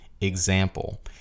example